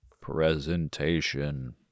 presentation